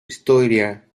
historia